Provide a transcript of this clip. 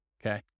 Okay